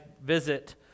visit